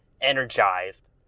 energized